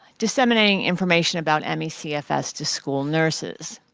disseminating information about me cfs to school nurses.